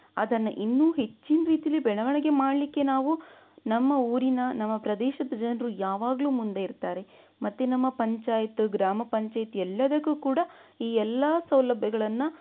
ಅದನ್ನು ಇನ್ನೂ ಹೆಚ್ಚಿನ ರೀತಿಯಲ್ಲಿ ಬೆಳವಣಿಗೆ ಮಾಡಲಿಕ್ಕೆ ನಾವು ನಮ್ಮ ಊರಿನ ನಮ್ಮ ಪ್ರದೇಶದ ಜನರು ಯಾವಾಗಲೂ ಮುಂದೆ ಇರ್ತಾರೆ ಮತ್ತು ನಮ್ಮ ಪಂಚಾಯತ್ ಗ್ರಾಮ ಪಂಚಾಯತ್ ಎಲ್ಲದಕ್ಕೂ ಕೂಡ ಈ ಎಲ್ಲ ಸೌಲಭ್ಯಗಳನ್ನು